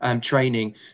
training